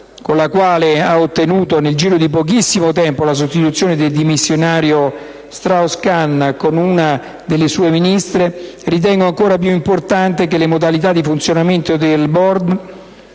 con cui si è ottenuta nel giro di pochissimo tempo la sostituzione del dimissionario Strauss-Kahn con una delle ministre del Governo francese, ritengo ancora più importante che le modalità di funzionamento del *board*